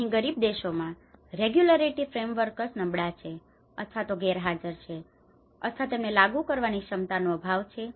અહીં ગરીબ દેશોમાં રેગ્યુલેટરી ફ્રેમવર્કસ નબળા છે અથવા તો ગેરહાજર છે અથવા તેમને લાગુ કરવાની ક્ષમતાનો અભાવ છે